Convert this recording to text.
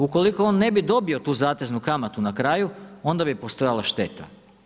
Ukoliko on ne bi dobio tu zateznu kamatu na kraju, onda bi postojala šteta.